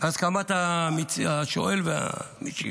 הסכמת השואל והמשיב.